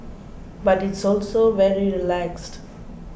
but it's also very relaxed